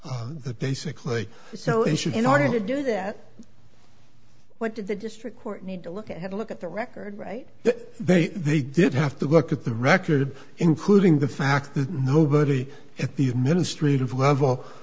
the basically so issue in order to do that what did the district court need to look at look at the record right there they did have to look at the record including the fact that nobody at the administrative level